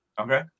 Okay